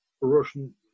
Russian